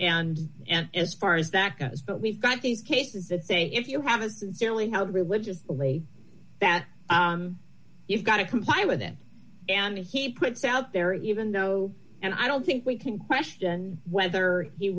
cafeteria and as far as that goes but we've got these cases that say if you have a sincerely held religious belief that you've got to comply with it and he puts out there even know and i don't think we can question whether he